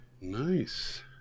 nice